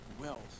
wealth